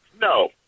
No